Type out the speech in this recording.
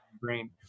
brain